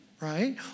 right